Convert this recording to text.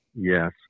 Yes